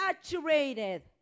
saturated